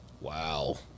Wow